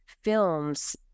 films